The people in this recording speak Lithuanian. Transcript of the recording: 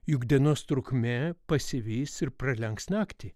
juk dienos trukmė pasivys ir pralenks naktį